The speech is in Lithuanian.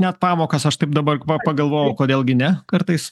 net pamokas aš taip dabar va pagalvojau kodėl gi ne kartais